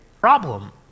problem